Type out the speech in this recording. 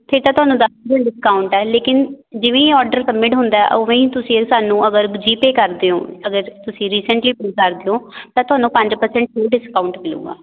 ਫਿਰ ਤਾਂ ਤੁਹਾਨੂੰ ਡਿਸਕਾਊਂਟ ਹੈ ਲੇਕਿਨ ਜਿਵੇਂ ਹੀ ਔਡਰ ਸਬਮਿਟ ਹੁੰਦਾ ਉਵੇਂ ਹੀ ਤੁਸੀਂ ਇਹ ਸਾਨੂੰ ਅਗਰ ਜੀ ਪੇ ਕਰਦੇ ਓਂ ਅਗਰ ਤੁਸੀਂ ਰੀਸੈਂਟਲੀ ਪੇ ਕਰਦੇ ਓਂ ਤਾਂ ਤੁਹਾਨੂੰ ਪੰਜ ਪ੍ਰਸੈਂਟ ਡਿਸਕਾਊਂਟ ਮਿਲੇਗਾ